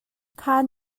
khan